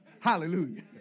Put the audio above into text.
Hallelujah